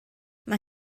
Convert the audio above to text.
mae